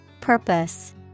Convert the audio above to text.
Purpose